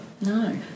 No